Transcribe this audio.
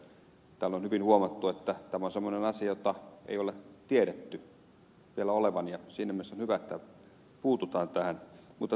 täällä on hyvin huomattu että tämä on semmoinen asia jota ei ole tiedetty vielä olevan ja siinä mielessä on hyvä että puututaan tähän